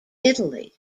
italy